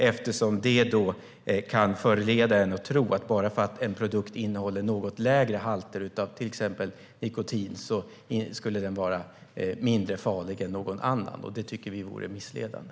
Det kan förleda en att tro att bara för att en produkt innehåller till exempel något lägre halter av nikotin skulle den vara mindre farlig än någon annan. Det tycker vi vore missledande.